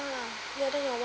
ya then